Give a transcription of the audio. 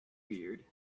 beard